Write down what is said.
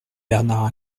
bernard